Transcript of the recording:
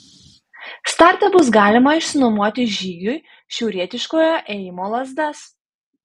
starte bus galima išsinuomoti žygiui šiaurietiškojo ėjimo lazdas